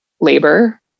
labor